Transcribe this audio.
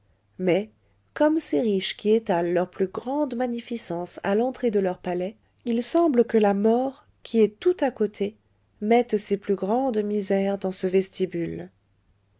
mais comme ces riches qui étalent leurs plus grandes magnificences à l'entrée de leur palais il semble que la mort qui est tout à côté mette ses plus grandes misères dans ce vestibule